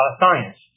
science